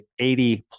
80